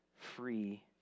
free